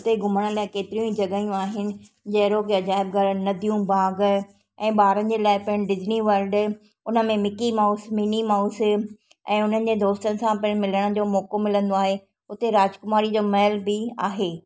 हुते घुमण लाइ केतिरियूं ई जॻहियूं आहिनि जहिड़ो जैब गड़ नदियूं बाग ऐं ॿारनि जे लाइ पिण डिजनी वल्ड उन में मिकी माउस मिनी माउस ऐं हुननि जे दोस्तनि सां पिण मिलण जो मौको मिलंदो आहे हुते राजकुमारी जा महल बि आहे